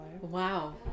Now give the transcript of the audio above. Wow